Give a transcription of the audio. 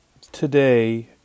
Today